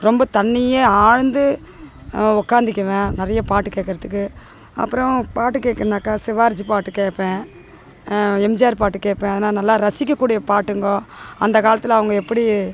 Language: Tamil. ரொம்ப தனியே ஆழ்ந்து உட்காந்துக்கிவன் நிறைய பாட்டு கேட்குறதுக்கு அப்பறம் பாட்டு கேட்கலனாக்கா சிவாஜி பாட்டு கேட்பேன் எம்ஜிஆர் பாட்டு கேட்பேன் அதுனா நல்லா ரசிக்கக்கூடிய பாட்டுங்கோ அந்த காலத்தில் அவங்க எப்படி